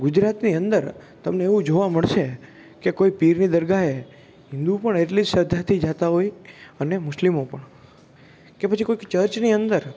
ગુજરાતની અંદર તમને એવું જોવા મળશે કે કોઈ પીરની દરગાહે હિન્દુઓ પણ એટલી શ્રદ્ધાથી જતાં હોય અને મુસ્લિમો પણ કે પછી કોઈક ચર્ચની અંદર